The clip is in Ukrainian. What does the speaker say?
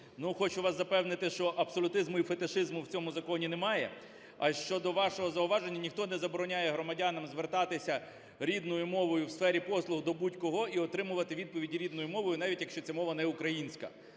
хочу вас запевнити, що абсолютизму і фетишизму в цьому законі немає. А щодо вашого зауваження, ніхто не забороняє громадянам звертатися рідною мовою в сфері послуг до будь-кого і отримувати відповіді рідною мовою, навіть якщо ця мова не українська.